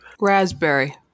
Raspberry